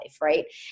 right